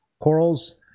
corals